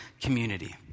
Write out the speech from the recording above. community